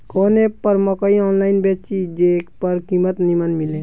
कवन एप पर मकई आनलाइन बेची जे पर कीमत नीमन मिले?